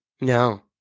No